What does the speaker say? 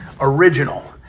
original